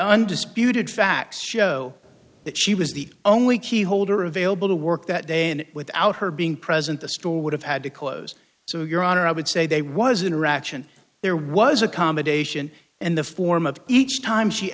undisputed facts show that she was the only key holder available to work that day and without her being present the store would have had to close so your honor i would say they was interaction there was accommodation and the form of each time she